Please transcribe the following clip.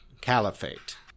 Caliphate